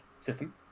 system